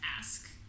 ask